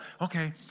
okay